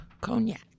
Cognac